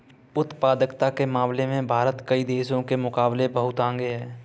उत्पादकता के मामले में भारत कई देशों के मुकाबले बहुत आगे है